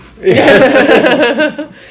yes